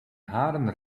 haren